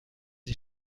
sie